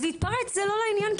אז להתפרץ זה לא לעניין,